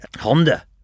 Honda